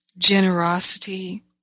Generosity